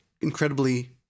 incredibly